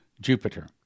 Jupiter